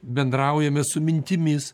bendraujame su mintimis